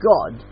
God